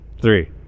three